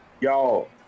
Y'all